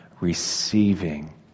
receiving